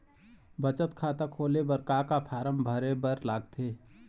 बचत खाता खोले बर का का फॉर्म भरे बार लगथे?